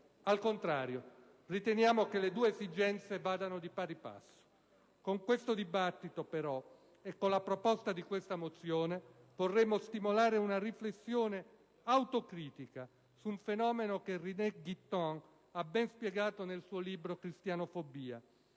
al contrario, riteniamo che le due esigenze vadano di pari passo. Con l'odierno dibattito, però, e con la proposta di questa mozione, vorremmo stimolare una riflessione autocritica su un fenomeno che Renè Guitton ha ben spiegato nel suo libro «Cristianofobia»,